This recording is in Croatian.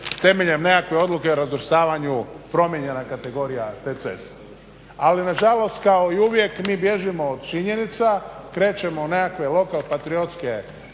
temeljem nekakve odluke o razvrstavanju promijenjena kategorija te ceste. Ali na žalost kao i uvijek mi bježimo od činjenica, krećemo od nekakve lokal patriotske